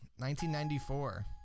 1994